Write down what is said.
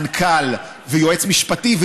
מנכ"ל ויועץ משפטי,